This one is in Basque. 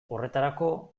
horretarako